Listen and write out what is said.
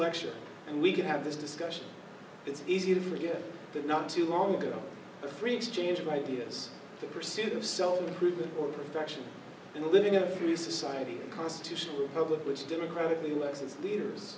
lecture and we can have this discussion it's easy to forget that not too long ago the free exchange of ideas the pursuit of self improvement perfection and living in a free society a constitutional republic which democratically elected leaders